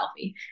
selfie